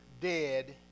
dead